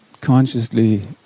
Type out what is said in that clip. consciously